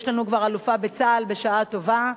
יש לנו כבר אלופה בצה"ל, בשעה טובה.